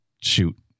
shoot